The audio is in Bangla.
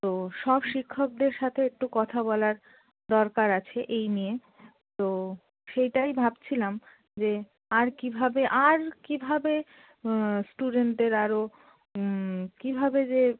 তো সব শিক্ষকদের সাথে একটু কথা বলার দরকার আছে এই নিয়ে তো সেইটাই ভাবছিলাম যে আর কীভাবে আর কীভাবে স্টুডেন্টের আরও কীভাবে যে